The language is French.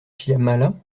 shyamala